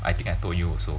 I think I told you also